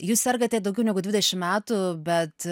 jūs sergate daugiau negu dvidešim metų bet